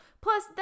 Plus